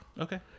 okay